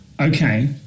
Okay